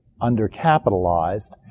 undercapitalized